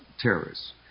terrorists